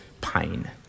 pain